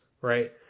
right